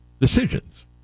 decisions